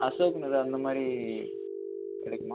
அசோக்நகர் அந்தமாதிரி கிடைக்குமா